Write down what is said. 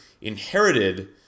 inherited